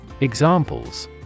Examples